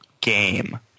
game